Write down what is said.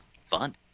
Fun